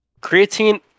creatine